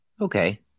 Okay